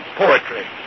poetry